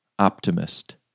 Optimist